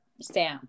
Sam